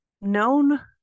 known